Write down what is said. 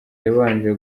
yabanje